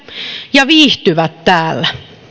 ja viihtyvät täällä